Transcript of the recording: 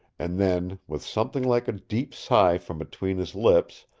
and then, with something like a deep sigh from between his lips,